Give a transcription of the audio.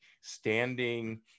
standing